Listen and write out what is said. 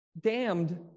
damned